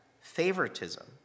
favoritism